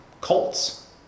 cults